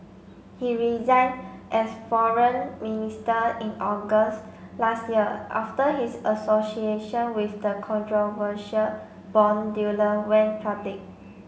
he resigned as foreign minister in August last year after his association with the controversial bond dealer went public